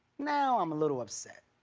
now i'm a little upset.